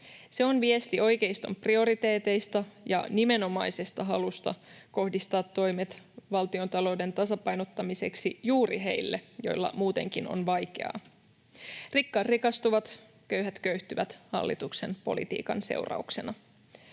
Se on viesti oikeiston prioriteeteista ja nimenomaisesta halusta kohdistaa toimet valtiontalouden tasapainottamiseksi juuri heille, joilla muutenkin on vaikeaa. Rikkaat rikastuvat, köyhät köyhtyvät hallituksen politiikan seurauksena,